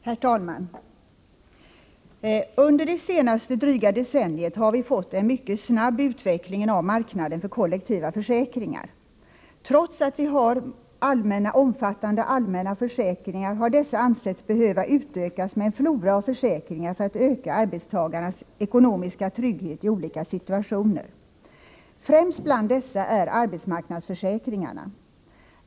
Herr talman! Under det senaste dryga decenniet har vi fått en mycket snabb utveckling av marknaden för kollektiva försäkringar. Trots att vi har omfattande allmänna försäkringar har dessa ansetts behöva utökas med en flora av försäkringar för att öka arbetstagarnas trygghet i olika situationer. Främst bland dessa är arbetsmarknadsförsäkringarna.